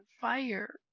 fire